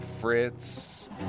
Fritz